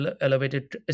elevated